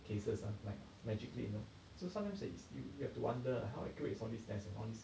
cases are like magically you know so sometimes that you you you have to wonder how accurate is all this test and all this